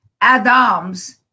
Adams